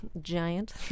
giant